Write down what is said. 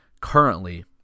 currently